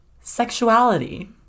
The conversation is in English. sexuality